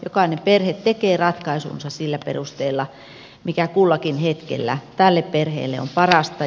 jokainen perhe tekee ratkaisunsa sillä perusteella mikä kullakin hetkellä tälle perheelle on parasta